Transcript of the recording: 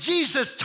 Jesus